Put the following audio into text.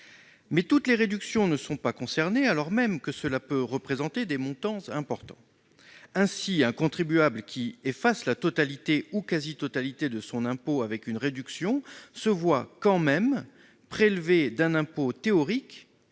Mais toutes les réductions ne sont pas concernées, alors même que cela peut représenter des montants importants. Ainsi, un contribuable qui efface la totalité ou quasi-totalité de son impôt avec une réduction se voit quand même prélever d'un impôt théorique